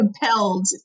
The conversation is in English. compelled